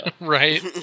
Right